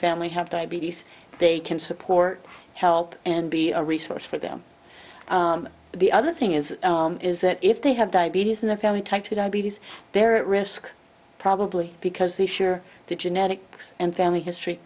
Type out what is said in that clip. family have diabetes they can support help and be a resource for them the other thing is is that if they have diabetes in their family type two diabetes there are at risk probably because they share the genetics and family history